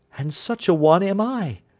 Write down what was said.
and such a one am i!